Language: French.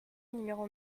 numéro